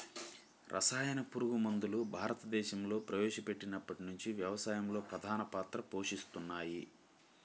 రసాయన పురుగుమందులు భారతదేశంలో ప్రవేశపెట్టినప్పటి నుండి వ్యవసాయంలో ప్రధాన పాత్ర పోషిస్తున్నాయి